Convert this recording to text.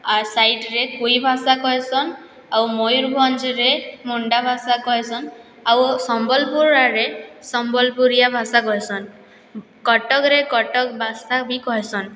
ସାଇଡ଼୍ରେ କୁଇ ଭାଷା କହେସନ୍ ଆଉ ମୟୂରଭଞ୍ଜରେ ମୁଣ୍ଡା ଭାଷା କହେସନ୍ ଆଉ ସମ୍ବଲପୁର୍ ଆଡ଼େ ସମ୍ବଲପୁରିଆ ଭାଷା କହେସନ୍ କଟକ ରେ କଟକ ଭାଷା ବି କହେସନ୍